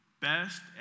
best